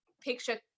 picture